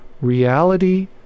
reality